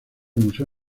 museo